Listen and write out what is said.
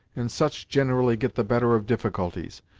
and such gin'rally get the better of difficulties,